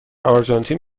آرژانتین